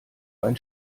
ein